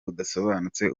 budasobanutse